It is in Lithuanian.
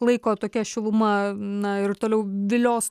laiko tokia šiluma na ir toliau vilios